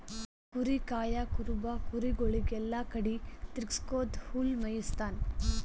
ಕುರಿ ಕಾಯಾ ಕುರುಬ ಕುರಿಗೊಳಿಗ್ ಎಲ್ಲಾ ಕಡಿ ತಿರಗ್ಸ್ಕೊತ್ ಹುಲ್ಲ್ ಮೇಯಿಸ್ತಾನ್